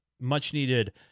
much-needed